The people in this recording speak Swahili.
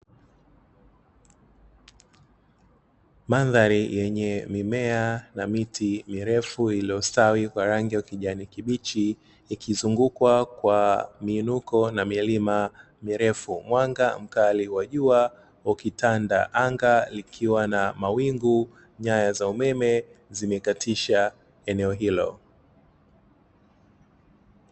Mandhari yenye mimea na miti mirefu iliyostawi kwa rangi ya kijani kibichi ikizungukwa kwa miinuko na milima mirefu, mwanga mkali wa jua ukitanda, anga likiwa na mawingu, nyaya za umeme zimekatisha eneo hilo.